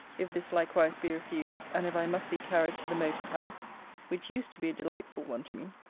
if this likewise be refused, and if i must be carried to the moated-house, which used to be a delightful one to me,